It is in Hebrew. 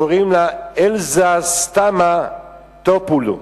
קוראים לה אלזה סתמה טופולו,